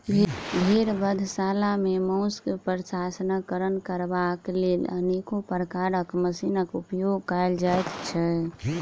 भेंड़ बधशाला मे मौंस प्रसंस्करण करबाक लेल अनेको प्रकारक मशीनक उपयोग कयल जाइत छै